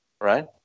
right